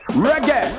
Reggae